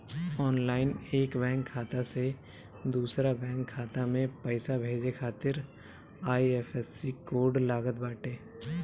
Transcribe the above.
online एक bank खाता से दूसरा बैंक खाता में पईसा भेजे खातिर आई.एफ.एस.सी कोड लागत बाटे